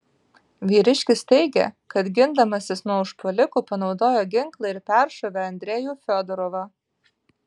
vyriškis teigė kad gindamasis nuo užpuolikų panaudojo ginklą ir peršovė andrejų fiodorovą